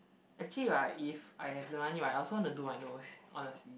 actually right if I have the money right I also want to do my nose honestly